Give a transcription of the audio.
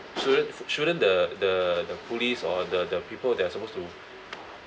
shouldn't shouldn't the the the police or the the people that are supposed to